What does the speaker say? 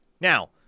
Now